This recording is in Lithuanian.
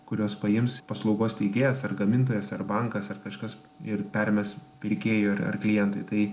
kuriuos paims paslaugos teikėjas ar gamintojas ar bankas ar kažkas ir permes pirkėjui ar ar klientui tai